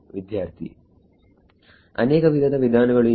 ವಿದ್ಯಾರ್ಥಿ ಅನೇಕ ವಿಧದ ವಿಧಾನಗಳು ಇವೆ